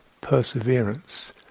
perseverance